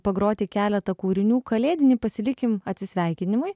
pagroti keletą kūrinių kalėdinį pasilikim atsisveikinimui